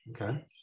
Okay